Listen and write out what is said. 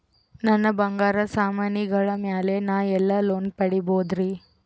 ನನ್ನ ಬಂಗಾರ ಸಾಮಾನಿಗಳ ಮ್ಯಾಲೆ ನಾ ಎಲ್ಲಿ ಲೋನ್ ಪಡಿಬೋದರಿ?